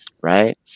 Right